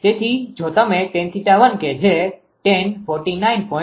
તેથી જો તમે tan𝜃1 કે જે tan49